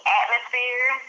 atmosphere